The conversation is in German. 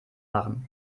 machen